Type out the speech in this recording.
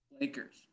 Lakers